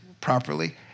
properly